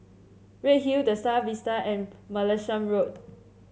Redhill The Star Vista and Martlesham Road